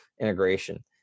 integration